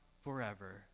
forever